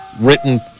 written